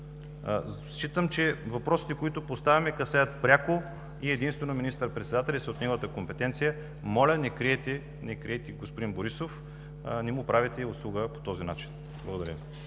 Считам, че въпросите, които поставяме, касаят пряко и единствено министър-председателя и са от неговата компетенция. Моля, не крийте господин Борисов! По този начин не му правите услуга. Благодаря.